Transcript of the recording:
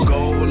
Gold